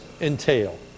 entail